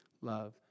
love